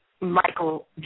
Michael